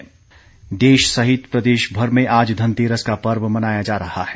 धनतेरस देश सहित प्रदेशभर में आज धनतेरस का पर्व मनाया जा रहा है